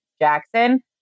Jackson